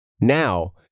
now